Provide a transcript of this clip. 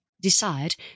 decide